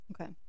okay